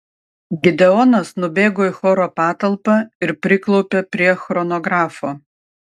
gideonas nubėgo į choro patalpą ir priklaupė prie chronografo